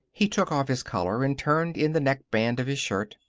he took off his collar and turned in the neckband of his shirt.